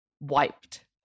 wiped